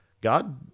God